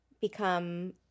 become